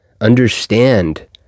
understand